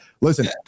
Listen